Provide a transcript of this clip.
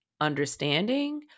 understanding